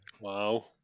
Wow